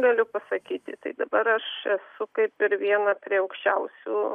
galiu pasakyti tai dabar aš esu kaip ir viena prie aukščiausių